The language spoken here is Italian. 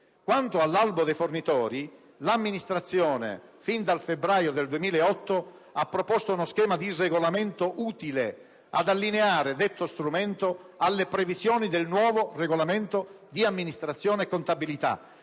Quanto all'albo dei fornitori, l'amministrazione fin dal febbraio 2008 ha proposto uno schema di regolamento utile ad allineare detto strumento alle previsioni del nuovo Regolamento di amministrazione e contabilità.